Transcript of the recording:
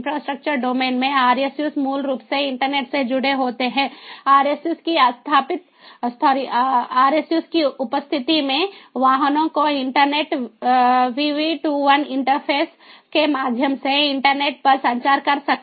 infrastructure domain में RSUs मूल रूप से इंटरनेट से जुड़े होते हैं RSUs की उपस्थिति में वाहनों को इंटरनेट VV2I इंटरफेस के माध्यम से इंटरनेट पर संचार कर सकते हैं